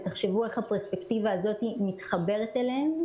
ותחשבו איך הפרספקטיבה הזאת מתחברת אליהן.